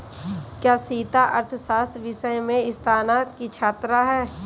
क्या सीता अर्थशास्त्र विषय में स्नातक की छात्रा है?